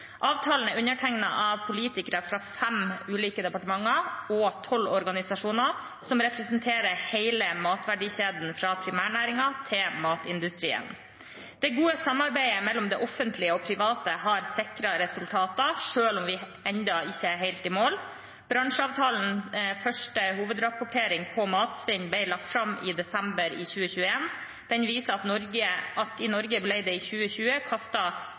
Avtalen er undertegnet av politikere fra fem ulike departementer og tolv organisasjoner som representerer hele matverdikjeden fra primærnæringen til matindustrien. Det gode samarbeidet mellom det offentlige og det privat har sikret resultater selv om vi ennå ikke er helt i mål. Bransjeavtalens første hovedrapportering på matsvinn ble lagt fram i desember 2021. Den viser at det i Norge i 2020 ble kastet 10 pst. mindre mat enn i